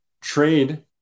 trade